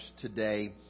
today